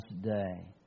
day